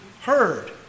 heard